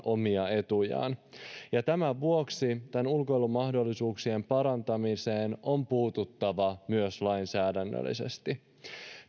omia etujaan tämän vuoksi ulkoilumahdollisuuksien parantamiseen on puututtava myös lainsäädännöllisesti